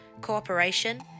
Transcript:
cooperation